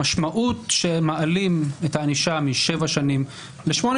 המשמעות שמעלים את הענישה משבע שנים לשמונה